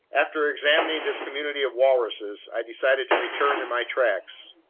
after examining this community of walruses, i decided to return in my tracks.